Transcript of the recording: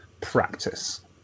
practice